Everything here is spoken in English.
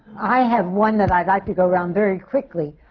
i have one that i'd like to go around very quickly,